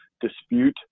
dispute